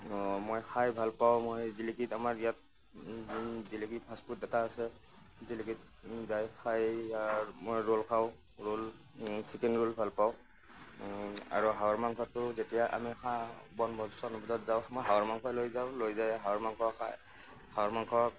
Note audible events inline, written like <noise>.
মই খাই ভাল পাওঁ মই জিলিকিত আমাৰ ইয়াত জিলিকিত ফাষ্ট ফুড এটা আছে জিলিকিত যায় খাই <unintelligible> মই ৰোল খাওঁ ৰোল চিকেন ৰোল ভাল পাওঁ আৰু হাঁহৰ মাংসটো যেতিয়া আমি খাওঁ বনভোজ চনভোজত যাওঁ মই হাঁহৰ মাংসই লৈ যাওঁ লৈ যায় হাঁহৰ মাংস খাই হাঁহৰ মাংস